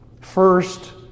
First